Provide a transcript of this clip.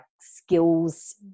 skills